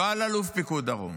לא על אלוף פיקוד דרום,